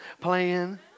playing